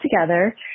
together